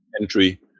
entry